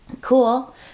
cool